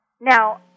Now